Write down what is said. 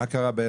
מה שקרה,